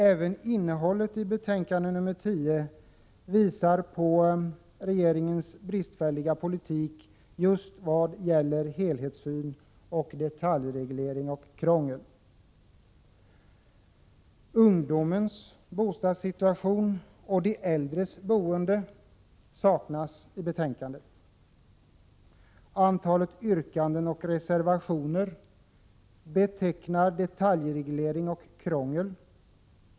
Även innehållet i betänkande 10 visar på regeringens 17 bristfälliga politik just vad gäller helhetssyn och detaljreglering och krångel. Ungdomens bostadssituation och de äldres boende berörs inte i betänkandet. Antalet yrkanden och reservationer betecknar detaljreglering och krångel.